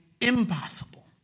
impossible